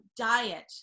diet